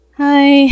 hi